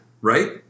right